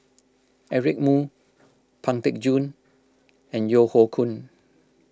Eric Moo Pang Teck Joon and Yeo Hoe Koon